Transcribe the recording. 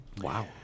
Wow